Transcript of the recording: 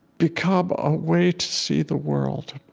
become a way to see the world,